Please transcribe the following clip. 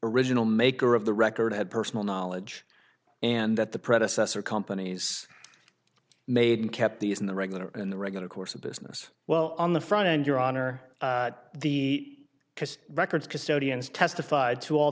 original maker of the record had personal knowledge and that the predecessor companies made kept these in the regular in the regular course of business well on the front end your honor the records custodians testified to all